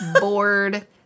Bored